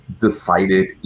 decided